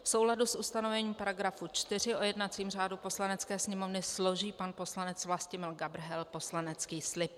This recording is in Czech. V souladu s ustanovením § 4 o jednacím řádu Poslanecké sněmovny složí pan poslanec Vlastimil Gabrhel poslanecký slib.